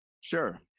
Sure